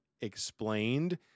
explained